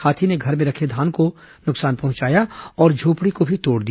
हाथी ने घर में रखे धान को नुकसान पहुंचाया और झोपड़ी को भी तोड़ दिया